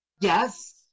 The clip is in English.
Yes